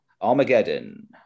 Armageddon